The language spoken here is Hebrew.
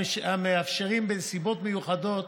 המאפשרים בנסיבות מיוחדות,